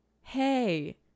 hey